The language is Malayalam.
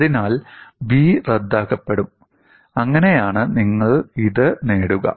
അതിനാൽ B റദ്ദാക്കപ്പെടും അങ്ങനെയാണ് നിങ്ങൾ ഇത് നേടുക